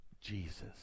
Jesus